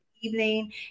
evening